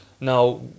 Now